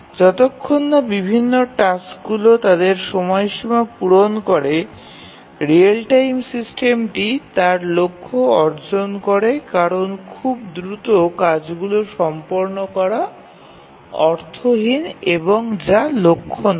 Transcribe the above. যতক্ষণ না বিভিন্ন টাস্কগুলি তাদের সময়সীমা পূরণ করে রিয়েল টাইম সিস্টেমটি তার লক্ষ্য অর্জন করে কারণ খুব দ্রুত কাজগুলি সম্পন্ন করা অর্থহীন এবং যা লক্ষ্য নয়